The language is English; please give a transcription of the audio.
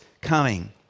coming